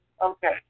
Okay